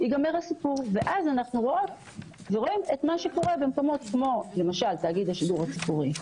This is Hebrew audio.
ואז לא נראה מה שקורה במקומות כמו תאגיד השידור הציבורי.